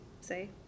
say